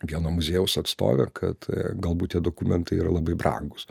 vieno muziejaus atstovė kad galbūt tie dokumentai yra labai brangūs